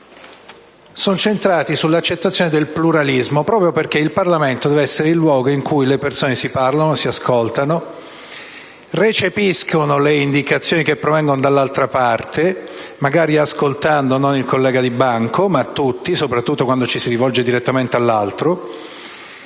valori sono centrati sull'accettazione del pluralismo, proprio perché il Parlamento deve essere il luogo in cui le persone si parlano, si ascoltano, recepiscono le indicazioni che provengono dall'altra parte (magari ascoltando non il collega di banco, ma tutti, soprattutto quando ci si rivolge direttamente all'altro),